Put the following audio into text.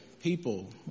people